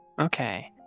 Okay